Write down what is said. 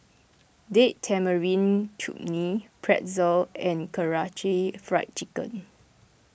Date Tamarind Chutney Pretzel and Karaage Fried Chicken